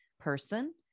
person